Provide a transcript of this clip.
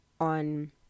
on